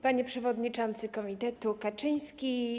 Panie Przewodniczący Komitetu Kaczyński!